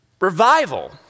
Revival